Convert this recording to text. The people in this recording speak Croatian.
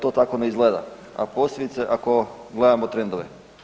To tako ne izgleda, a posebice ako gledamo trendove.